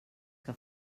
que